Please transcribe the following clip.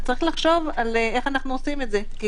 צריך לחשוב איך אנחנו עושים את זה כי